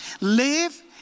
Live